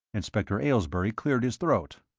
inspector aylesbury cleared his throat.